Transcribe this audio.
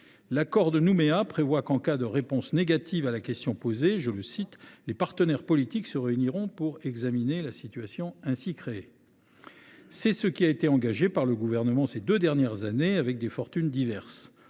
L’accord de Nouméa prévoit qu’en cas de réponse négative à la question posée, « les partenaires politiques se réuniront pour examiner la situation ainsi créée ». C’est le processus qu’a engagé le Gouvernement ces deux dernières années, avec des fortunes diverses.